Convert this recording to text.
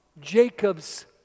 Jacob's